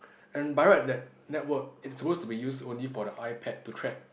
and by right that network is suppose to be use only for the iPad to track